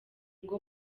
ngo